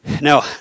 Now